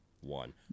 one